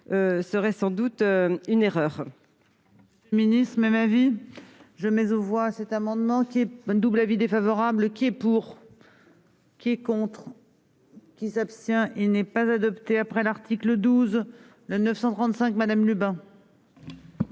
serait sans doute une erreur